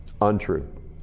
Untrue